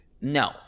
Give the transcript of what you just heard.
No